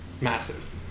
massive